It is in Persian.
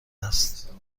است